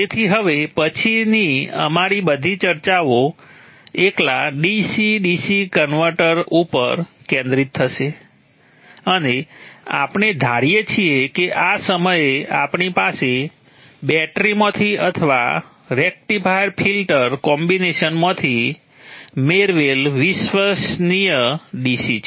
તેથી હવે પછીની અમારી બધી ચર્ચાઓ એકલા DC DC કન્વર્ટર ઉપર કેન્દ્રિત થશે અને આપણે ધારીએ છીએ કે આ સમયે અમારી પાસે બેટરીમાંથી અથવા રેક્ટિફાયર ફિલ્ટર કોમ્બિનેશનમાંથી મેળવેલ વિશ્વસનીય DC છે